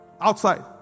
outside